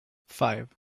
five